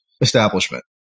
establishment